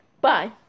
bye